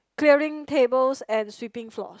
clearing tables and sweeping floors